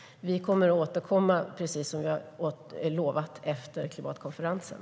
Vi kommer att återkomma, precis som vi har lovat, efter klimatkonferensen.